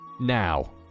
Now